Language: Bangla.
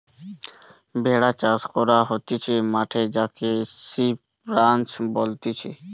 ভেড়া চাষ করা হতিছে মাঠে যাকে সিপ রাঞ্চ বলতিছে